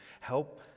help